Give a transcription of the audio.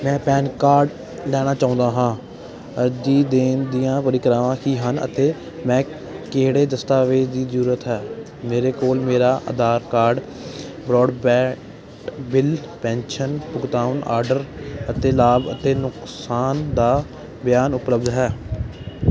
ਮੈਂ PAN card ਲੈਣਾ ਚਾਹੁੰਦਾ ਹਾਂ ਅਰਜ਼ੀ ਦੇਣ ਦੀਆਂ ਪ੍ਰਕਿਰਿਆਵਾਂ ਕੀ ਹਨ ਅਤੇ ਮੈਨੂੰ ਕਿਹੜੇ ਦਸਤਾਵੇਜ਼ਾਂ ਦੀ ਜ਼ਰੂਰਤ ਹੈ ਮੇਰੇ ਕੋਲ ਮੇਰਾ Aadhaar card broadband bill pension ਭੁਗਤਾਨ ਆਰਡਰ ਅਤੇ ਲਾਭ ਅਤੇ ਨੁਕਸਾਨ ਦਾ ਬਿਆਨ ਉਪਲਬਧ ਹੈ